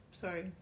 Sorry